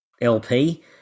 LP